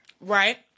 Right